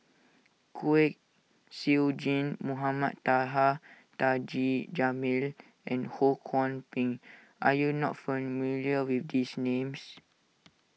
Kwek Siew Jin Mohamed Taha Taji Jamil and Ho Kwon Ping are you not familiar with these names